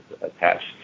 attached